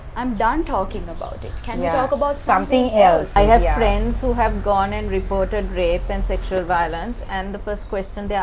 i'm done talking about it can you talk about something else. i have yeah friends who have gone and reported rape and sexual violence, and the first question